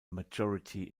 majority